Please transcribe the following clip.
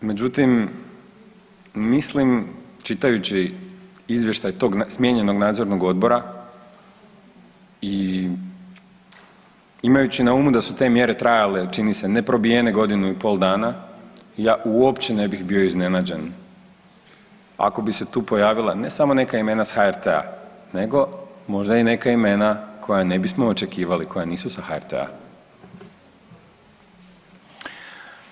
Međutim, mislim čitajući izvještaj tog smijenjenog nadzornog odbora i imajući na umu da su te mjere trajale čini se neprobijene godinu i pol dana ja uopće ne bih bio iznenađen ako bi se tu pojavila ne samo neka imena s HRT-a nego možda i neka imena koja ne bismo očekivali koja nisu sa HRT-a.